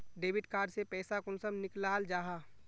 Debit card से पैसा कुंसम निकलाल जाहा?